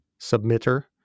submitter